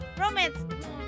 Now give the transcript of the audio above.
romance